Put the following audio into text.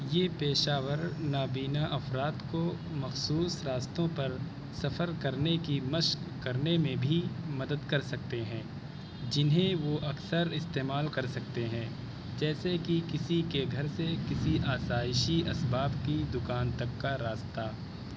یہ پیشہ ور نابینا افراد کو مخصوص راستوں پر سفر کرنے کی مشق کرنے میں بھی مدد کر سکتے ہیں جنہیں وہ اکثر استعمال کر سکتے ہیں جیسے کہ کسی کے گھر سے کسی آسائشی اسباب کی دکان تک کا راستہ